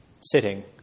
sitting